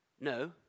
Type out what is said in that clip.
no